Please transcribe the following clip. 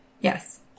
Yes